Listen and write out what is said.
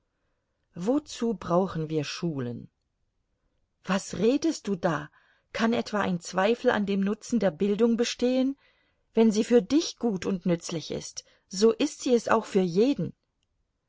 wozu brauchen wir schulen was redest du da kann etwa ein zweifel an dem nutzen der bildung bestehen wenn sie für dich gut und nützlich ist so ist sie es auch für jeden